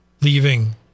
leaving